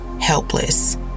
helpless